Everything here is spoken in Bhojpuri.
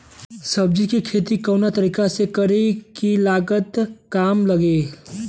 सब्जी के खेती कवना तरीका से करी की लागत काम लगे?